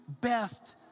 best